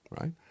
right